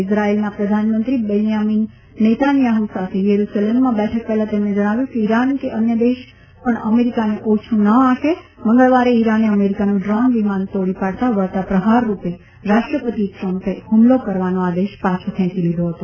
ઈઝરાયેલના પ્રધાનમંત્રી Benjamin Netanyahu સાથે યેરૂસલેમમાં બેઠક પહેલા તેમણે જણાવ્યું કે ઈરાન કે અન્ય દેશ પણ અમેરિકાને ઓછુ ન આંકે મંગળવારે ઈરાને અમેરિકાનું ડ્રોન વિમાન તોડી પાડતાં વળતા પ્રહારરૂપે રાષ્ટ્રપતિ ટ્રમ્પે હ્મલો કરવાનો આદેશ પાછો ખેંચી લીધો ફતો